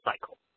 cycle